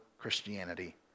Christianity